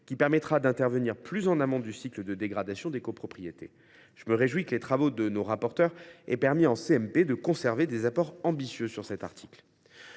qui permettra d’intervenir plus en amont du cycle de dégradation des copropriétés. Je me réjouis que les travaux de nos rapporteurs aient permis de conserver des apports ambitieux à cet article